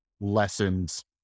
lessons